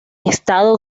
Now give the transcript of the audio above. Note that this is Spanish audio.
estado